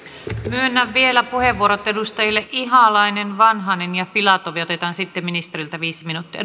myönnän vielä puheenvuorot edustajille ihalainen vanhanen ja filatov ja otetaan sitten ministeriltä viisi minuuttia